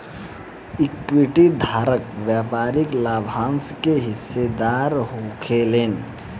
equity धारक व्यापारिक लाभांश के हिस्सेदार होखेलेन